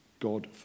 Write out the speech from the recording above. God